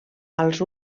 als